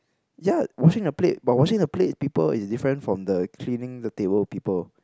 ya washing a plate but washing a plate people is different from the cleaning the table people